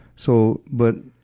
so, but,